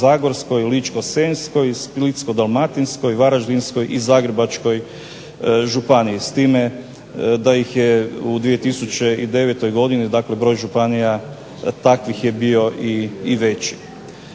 Krapinsko-zagorskoj, LIčko-senjskoj, Splitsko-dalmatinskoj, Varaždinskoj i Zagrebačkoj županiji s time da ih je u 2009. godini dakle broj takvih županije je bio i veći.